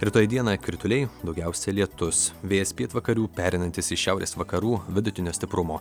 rytoj dieną krituliai daugiausia lietus vėjas pietvakarių pereinantis į šiaurės vakarų vidutinio stiprumo